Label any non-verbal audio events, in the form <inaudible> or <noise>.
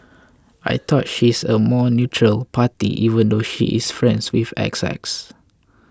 <noise> I thought she is a more neutral party even though she is friends <unintelligible> X X